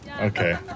Okay